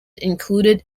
included